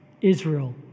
Israel